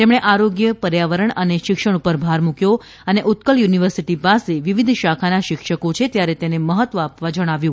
તેમણે આરોગ્ય પર્યાવરણ અને શિક્ષણ પર ભાર મૂયો અને ઉત્કલ યુનિવર્સિટી પાસે વિવિધ શાખાના શિક્ષકો છે ત્યારે તેને મહત્વ આપવા જણાવ્યું